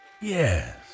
Yes